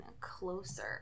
closer